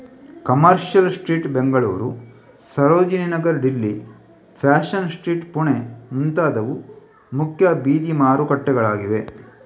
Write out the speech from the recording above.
commercial street Bengaluru, Sarojini Nagar Delhi, fashion street Pune ಮುಂತಾದವು ಮುಖ್ಯ ಬೀದಿ ಮಾರುಕಟ್ಟೆಗಳಾಗಿವೆ